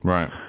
Right